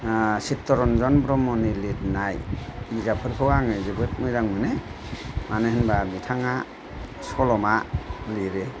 ओह चित्तरन्जन ब्रह्मनि लिरनाय बिजाबफोरखौ आङो जोबोद मोजां मोनो मानो होनबा बिथाङा सल'मा लिरो